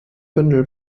bündel